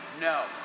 No